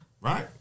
right